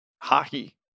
hockey